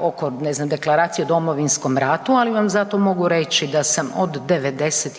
oko ne znam Deklaracije o Domovinskom ratu, ali vam zato mogu reći da sam od '91.